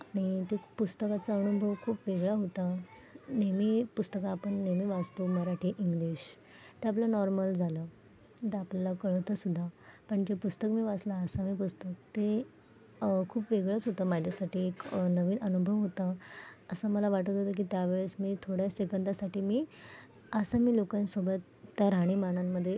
आणि त्या पुस्तकाचा अनुभव खूप वेगळा होता नेहमी पुस्तकं आपण नेहमी वाचतो मराठी इंग्लिश ते आपलं नॉर्मल झालं ते आपल्याला कळतंसुद्धा पण जे पुस्तक मी वाचलं आसामी पुस्तक ते खूप वेगळंच होतं माझ्यासाठी एक नवीन अनुभव होता असं मला वाटत होतं की त्या वेळेस मी थोड्या सेकंदासाठी मी आसामी लोकांसोबत त्या राहणीमानामध्ये